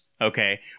Okay